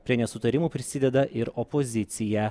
prie nesutarimų prisideda ir opozicija